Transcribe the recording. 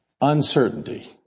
Uncertainty